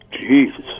Jesus